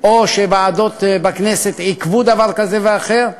או שוועדות בכנסת עיכבו דבר כזה או אחר.